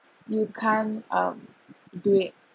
you can't um do it